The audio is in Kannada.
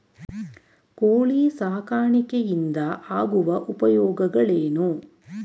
ಕೋಳಿ ಸಾಕಾಣಿಕೆಯಿಂದ ಆಗುವ ಉಪಯೋಗಗಳೇನು?